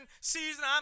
season